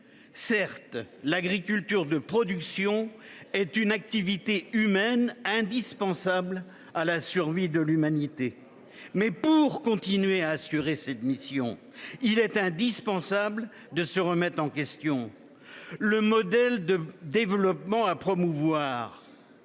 Certes, l’agriculture de production est une activité humaine indispensable à la survie de l’humanité. Mais, pour continuer à assurer cette mission, il est indispensable de se remettre en question. Le modèle de développement à promouvoir